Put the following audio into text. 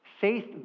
Faith